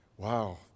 Wow